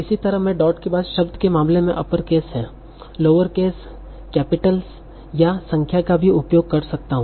इसी तरह मैं डॉट के बाद शब्द के मामले में अपर केस है लोअर केस कैपिटल या संख्या का भी उपयोग कर सकता हूं